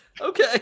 Okay